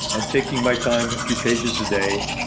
i'm taking my time, a few pages a day,